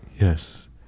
Yes